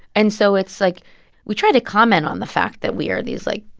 and so it's like we try to comment on the fact that we are these, like,